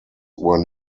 were